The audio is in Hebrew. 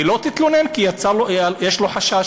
היא לא תתלונן כי יש לו חשש.